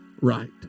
right